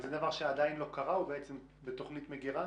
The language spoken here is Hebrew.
וזה דבר שעדיין לא קרה, בתוכנית מגירה?